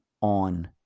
on